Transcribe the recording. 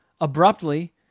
abruptly